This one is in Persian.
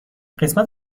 قسمت